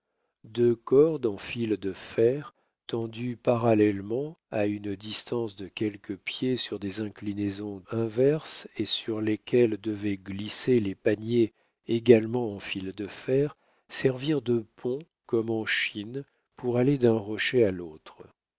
deux cordes en fil de fer tendues parallèlement à une distance de quelques pieds sur des inclinaisons inverses et sur lesquelles devaient glisser les paniers également en fil de fer servirent de pont comme en chine pour aller d'un rocher à l'autre